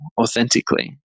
authentically